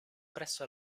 presso